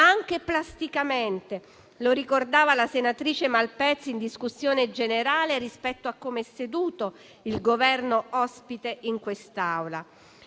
anche plasticamente. Lo ricordava la senatrice Malpezzi in discussione generale rispetto a com'è seduto il Governo ospite in quest'Aula.